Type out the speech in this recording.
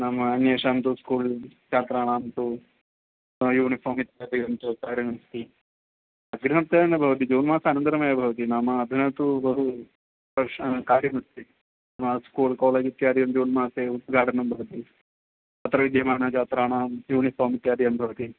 मम अन्येषां तु स्कूल् छात्राणां तु यूनिफार्म् इत्यादिकं तु कार्यमस्ति दिनत्रये न भवति जून्मासानन्तरमेव भवति नाम अधुना तु बहु वर्ष कार्यम् अस्ति स्कूल् कालेज् इत्यादिकं जून्मासे उद्धाटनं भवति अत्र विद्यमानाछात्राणां यूनिफार्म् इत्यादिकं भवति